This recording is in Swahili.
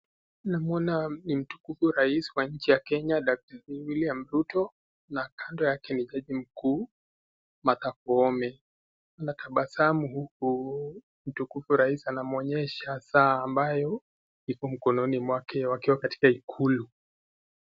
Namuona ni mtukufu rais wa nchi ya Kenya daktari William Ruto na kando yake ni jaji mkuu, Martha Koome. Anatabasamu huku mtukufu rais anamuonyesha saa ambayo iko mkononi mwake wakiwa katika ikulu